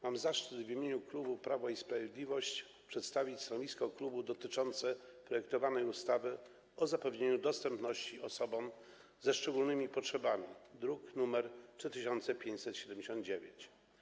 Mam zaszczyt w imieniu klubu Prawo i Sprawiedliwość przedstawić stanowisko dotyczące projektowanej ustawy o zapewnianiu dostępności osobom ze szczególnymi potrzebami, druk nr 3579.